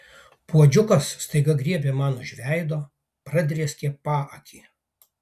puodžiukas staiga griebė man už veido pradrėskė paakį